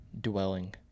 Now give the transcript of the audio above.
dwelling